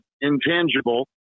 intangible